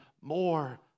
more